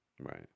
Right